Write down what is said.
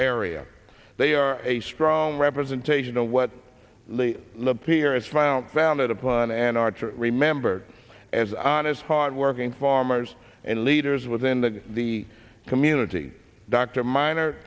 area they are a strong representation of what the lab here is filed founded upon and archer remembered as honest hard working farmers and leaders within the the community dr minor